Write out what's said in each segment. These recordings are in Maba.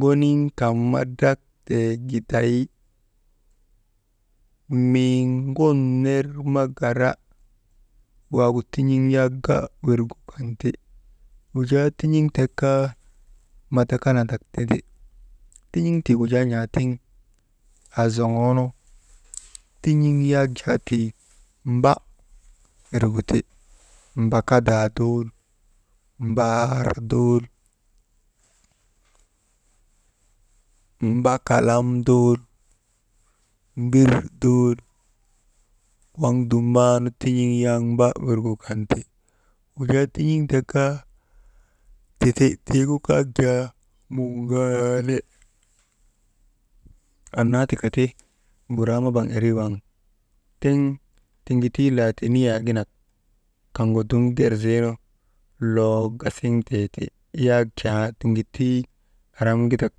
Ŋoniŋ kan ma draktee giday, mii ŋun ner ma gara waagu tin̰iŋ yak ŋa wirgu kan ti, wujaa tin̰iŋ tek kaa madakalandak tindi, tin̰iŋ tiigu jaa n̰aatiŋ, aazoŋoonu tin̰iŋ yak tii, mb wirgu ti, mbakadaa dool, mbaar dool, mbakalam dool, mbir dool, waŋ dumnan tin̰iŋ yak wirgu kan ti. Wujaa tin̰iŋ tek kaa tindi, tiigu kaa jaa muŋaandi, annaa tika ti buraa mabaŋ irii waŋ tiŋ tiŋituu laatiiniyaa ginak kaŋgu dum gerziinu loo gasiŋtee ti, yak jaa tiŋitii araŋkidak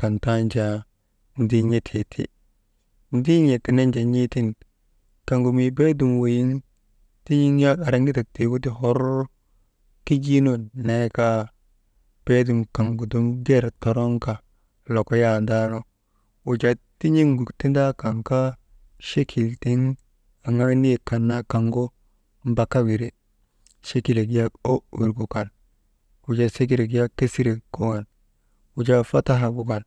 kan tan jaa, ndin̰etee ti. Ndiin̰ee tenen jaa n̰eetiŋ kaŋgu mii bee dum weyiŋ tin̰iŋ yak araŋkidat tii kaa hor kijiinun nee kaa beedum kaŋgu dum ger toroŋka lokoyandaanu wujaa tin̰iŋgu tindaa kan kaa chekil tiŋ aŋaa niyek kan naa kaŋgu mbaka wiri chekilek yak o wirgu kan, wujaa chekilek yak kesirek gu kan wujaa fatahak gu kan.